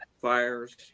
fires